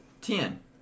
ten